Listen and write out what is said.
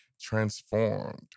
transformed